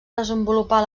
desenvolupar